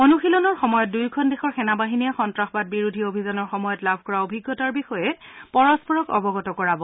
অনুশীলনৰ সময়ত দূয়োখন দেশৰ সেনাবাহিনীয়ে সন্তাসবাদ বিৰোধী অভিযানৰ সময়ত লাভ কৰা অভিজ্ঞতাৰ বিষয়ে পৰস্পৰক অৱগত কৰাব